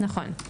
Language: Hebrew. נכון.